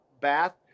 bath